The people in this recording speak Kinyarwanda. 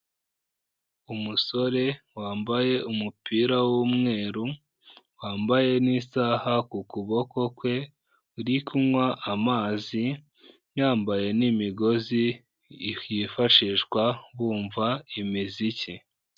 Umusore wambaye umupira w'umweru, wambaye n'isaha ku kuboko kwe, uri kunywa amazi yambaye n'imigozi yifashishwa bumva imiziki.